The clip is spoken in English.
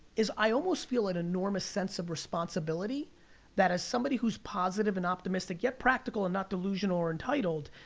is i almost feel an enormous sense of responsibility that as somebody who's positive and optimistic, yet practical, and not delusional, or entitled,